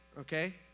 okay